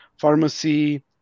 pharmacy